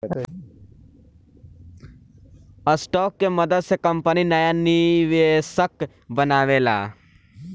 stock के मदद से कंपनी नाया निवेशक बनावेला